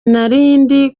narindi